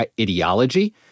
ideology